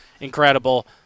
incredible